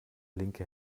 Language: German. linke